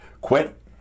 quit